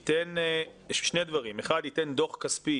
ייתן שני דברים: דוח כספי